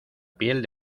piel